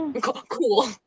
Cool